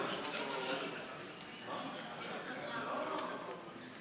סעיפים 9 10 כהצעת הוועדה